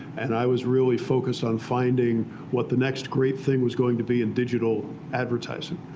and i was really focused on finding what the next great thing was going to be in digital advertising.